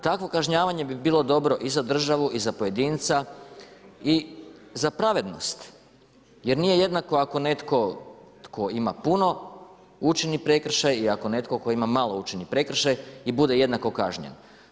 Takvo kažnjavanje bi bilo dobro i za državu i za pojedinca i za pravednost, jer nije jednako ako netko tko ima puno učini prekršaj i ako netko tko ima malo učini prekršaj i bude jednako kažnjen.